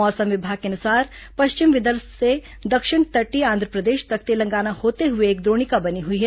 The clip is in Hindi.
मौसम विभाग के अनुसार पश्चिम विदर्भ से दक्षिण तटीय आंध्रप्रदेश तक तेलंगाना होते हुए एक द्रोणिका बनी हुई है